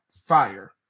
fire